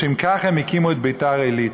לשם כך הם הקימו את ביתר עילית.